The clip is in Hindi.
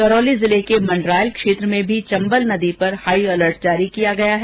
करौली जिले के मंडरायल क्षेत्र में भी चम्बल नदी पर हाई अलर्ट जारी किया गया है